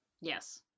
Yes